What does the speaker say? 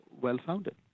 well-founded